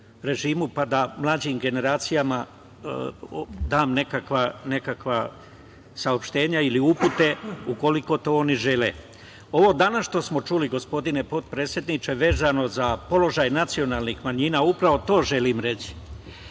pa da mlađim generacijama dam nekakva saopštenja ili upute, ukoliko oni to žele. Ovo danas što smo čuli gospodine potpredsedniče, vezano za položaj nacionalnih manjina, upravo to želim reći.